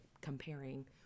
comparing